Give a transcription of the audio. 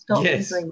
Yes